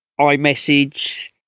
iMessage